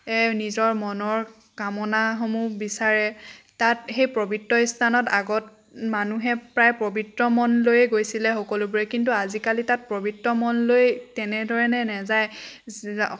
নিজৰ মনৰ কামনাসমূহ বিচাৰে তাত সেই পৱিত্ৰ স্থানত আগত মানুহে প্ৰায় পৱিত্ৰ মন লৈয়ে গৈছিলে সকলোবোৰে কিন্তু আজিকালি তাত পৱিত্ৰ মন লৈ তেনেধৰণে নাযায়